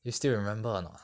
you still remember or not